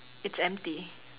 it's empty